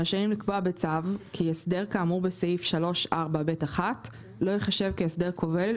רשאים לקבוע בצו כי הסדר כאמור בסעיף 3(4)(ב1) לא ייחשב כהסדר כובל,